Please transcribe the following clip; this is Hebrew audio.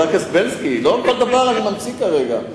כל דבר אני ממציא כרגע.